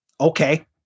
Okay